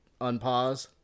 unpause